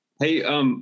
Hey